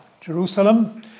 Jerusalem